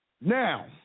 Now